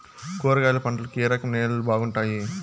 కూరగాయల పంటలకు ఏ రకం నేలలు బాగుంటాయి?